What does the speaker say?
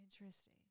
interesting